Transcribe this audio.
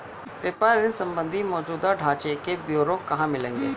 व्यापार ऋण संबंधी मौजूदा ढांचे के ब्यौरे कहाँ मिलेंगे?